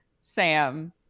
Sam